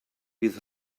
bydd